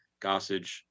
Gossage